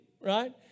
Right